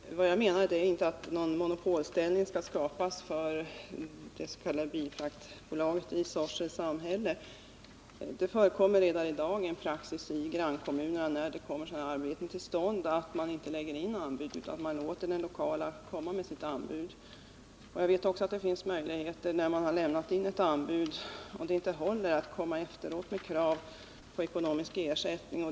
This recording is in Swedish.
Fru talman! Vad jag menar är inte att någon monopolställning skall skapas för dets.k. bilfraktbolaget i Sorsele samhälle. Det finns redan i dag en praxis i grannkommunerna när sådana här arbeten kommer till stånd. Den innebär att man inte lägger in anbud utan låter det lokala företaget komma med sitt anbud. Jag vet också att det finns möjligheter, när man har lämnat in ett anbud och det inte håller, att komma efteråt med krav på ekonomisk ersättning.